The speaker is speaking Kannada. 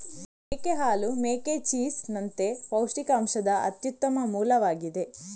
ಮೇಕೆ ಹಾಲು ಮೇಕೆ ಚೀಸ್ ನಂತೆ ಪೌಷ್ಟಿಕಾಂಶದ ಅತ್ಯುತ್ತಮ ಮೂಲವಾಗಿದೆ